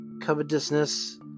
covetousness